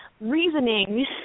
reasoning